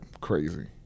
crazy